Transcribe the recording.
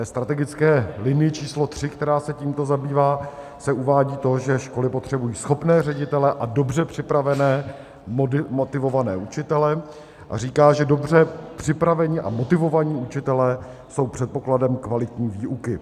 V strategické linii č. 3, která se tímto zabývá, se uvádí, že školy potřebují schopné ředitele a dobře připravené, motivované učitele, a říká, že dobře připravení a motivovaní učitelé jsou předpokladem kvalitní výuky.